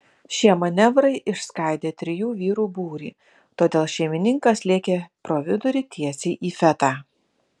šie manevrai išskaidė trijų vyrų būrį todėl šeimininkas lėkė pro vidurį tiesiai į fetą